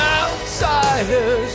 outsiders